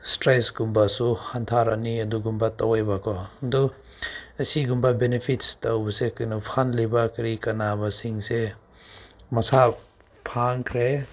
stress ꯀꯨꯝꯕꯁꯨ ꯍꯟꯊꯔꯅꯤ ꯑꯗꯨꯒꯨꯝꯕ ꯇꯧꯋꯦꯕꯀꯣ ꯑꯗꯨ ꯑꯁꯤꯒꯨꯝꯕ ꯕꯦꯅꯤꯐꯤꯠꯁ ꯇꯧꯕꯁꯦ ꯀꯩꯅꯣ ꯐꯪꯂꯤꯕ ꯀꯔꯤ ꯀꯥꯟꯅꯕꯁꯤꯡꯁꯦ ꯃꯁꯥ ꯐꯍꯟꯈ꯭ꯔꯦ